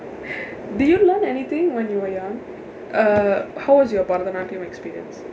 did you learn anything when you were young uh how was your பரதநாட்டியம்:barathanaatiyaam experience